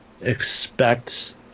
expect